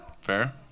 Fair